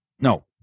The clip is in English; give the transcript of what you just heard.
No